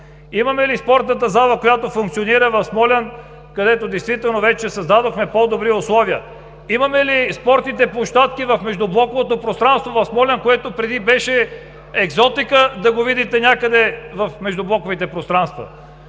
Имаме ли спортната зала, която функционира в Смолян, където вече създадохме по-добри условия?! Имаме ли спортните площадки в междублоковото пространство в Смолян, което беше екзотика да го видите някъде в междублоковите пространства?!